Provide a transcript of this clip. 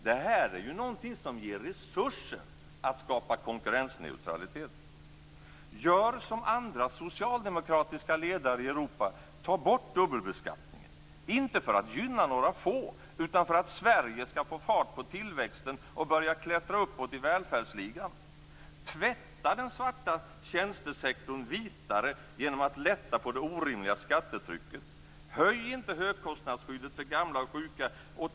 Detta med att skapa konkurrensneutralitet är något som ger resurser. Gör som andra socialdemokratiska ledare i Europa och ta bort dubbelbeskattningen - inte för att gynna några få, utan för att Sverige skall få fart på tillväxten och börja klättra uppåt i välfärdsligan! Tvätta den svarta tjänstesektorn vitare genom att lätta på det orimliga skattetrycket! Höj inte högkostnadsskyddet för gamla och sjuka!